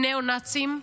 "ניאו-נאצים",